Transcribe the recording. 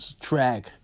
track